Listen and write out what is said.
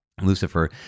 Lucifer